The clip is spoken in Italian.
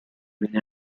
viene